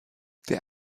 der